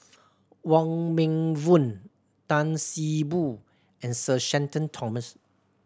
Wong Meng Voon Tan See Boo and Sir Shenton Thomas